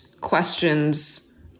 questions